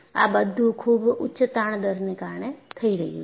આ બધું ખૂબ ઉચ્ચ તાણ દરને કારણે થઈ રહ્યું છે